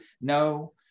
no